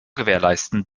gewährleisten